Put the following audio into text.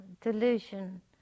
delusion